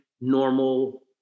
normal